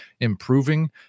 improving